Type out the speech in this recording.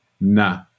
nah